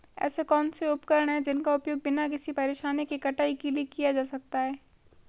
ऐसे कौनसे उपकरण हैं जिनका उपयोग बिना किसी परेशानी के कटाई के लिए किया जा सकता है?